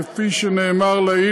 כפי שנאמר לעיל,